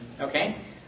okay